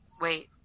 Wait